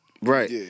Right